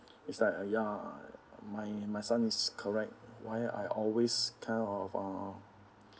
it's like ya my my son is correct why I always kind of uh